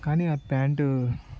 కానీ ఆ ప్యాంటు